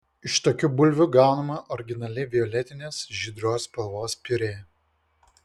iš tokių bulvių gaunama originali violetinės žydros spalvos piurė